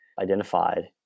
identified